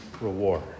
reward